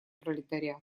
пролетариат